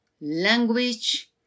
language